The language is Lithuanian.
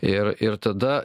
ir ir tada